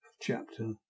chapter